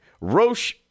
Roche